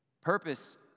Purpose